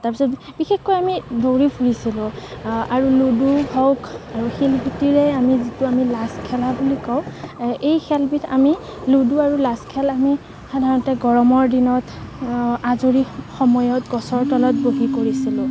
তাৰপিছত বিশেষকৈ আমি দৌৰি ফুৰিছিলোঁ আৰু লুডু হওক আৰু শিলগুটিৰে আমি যিটো আমি লাচ খেলা বুলি কওঁ এ এই খেলবিধ আমি লুডু আৰু লাচ খেল আমি সাধাৰণতে গৰমৰ দিনত আজৰি সময়ত গছৰ তলত বহি কৰিছিলোঁ